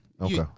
Okay